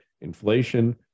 inflation